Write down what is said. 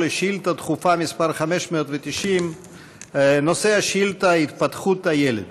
על שאילתה דחופה מס' 590. נושא השאילתה: התפתחות הילד.